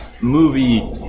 movie